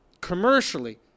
commercially